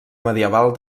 medieval